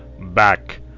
back